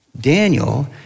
Daniel